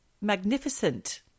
magnificent